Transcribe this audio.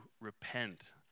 repent